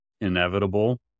inevitable